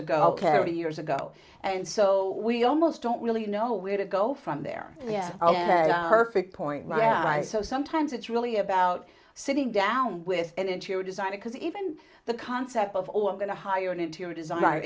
carrie years ago and so we almost don't really know where to go from there perfect point man i so sometimes it's really about sitting down with an interior designer because even the concept of all i'm going to hire an interior designer